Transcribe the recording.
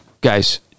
guys